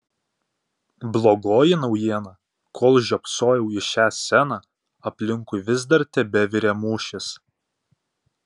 blogoji naujiena kol žiopsojau į šią sceną aplinkui vis dar tebevirė mūšis